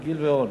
גיל ואון.